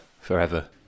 forever